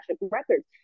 Records